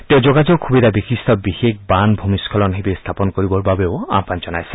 তেওঁ যোগাযোগ সুবিধাবিশিষ্ট বিশেষ বান ভূমিস্বলন শিৱিৰ স্থাপন কৰিবৰ বাবেও আহান জনাইছে